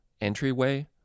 Entryway